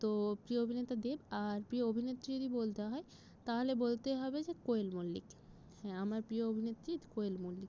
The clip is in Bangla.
তো প্রিয় অভিনেতা দেব আর প্রিয় অভিনেত্রী যদি বলতে হয় তাহলে বলতেই হবে যে কোয়েল মল্লিক হ্যাঁ আমার প্রিয় অভিনেত্রী কোয়েল মল্লিক